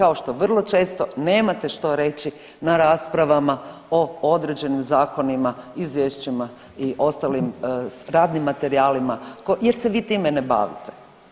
Kao što vrlo često nemate što reći na raspravama o određenim zakonima, izvješćima i ostalim radnim materijalima jer se vi time ne bavite.